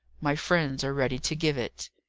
my friends are ready to give it.